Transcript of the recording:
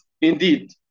indeed